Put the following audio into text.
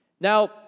Now